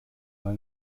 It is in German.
mal